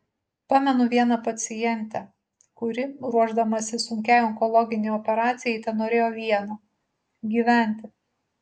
pamenu vieną pacientę kuri ruošdamasi sunkiai onkologinei operacijai tenorėjo vieno gyventi